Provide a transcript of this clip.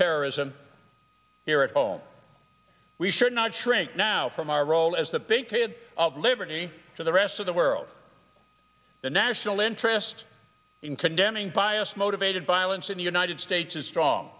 terrorism here at home we should not shrink now from our role as the big period of liberty to the rest of the world the national interest in condemning bias motivated violence in the united states is strong